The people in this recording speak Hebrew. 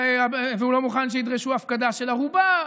והוא לא מוכן שידרשו הפקדה של ערובה,